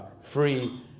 free